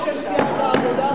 בשם סיעת העבודה,